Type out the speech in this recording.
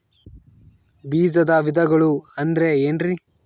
ಬೇಜದ ವಿಧಗಳು ಅಂದ್ರೆ ಏನ್ರಿ?